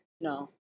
no